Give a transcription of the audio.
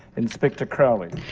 inspector crowley.